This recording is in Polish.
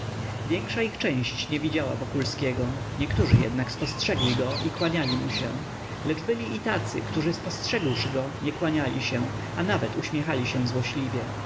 większa ich część nie widziała wokulskiego niektórzy jednak spostrzegli go i kłaniali mu się lecz byli i tacy którzy spostrzegłszy go nie kłaniali się a nawet uśmiechali się złośliwie